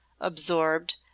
absorbed